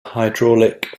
hydraulic